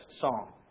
Song